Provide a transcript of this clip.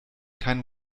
kein